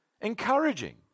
encouraging